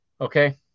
Okay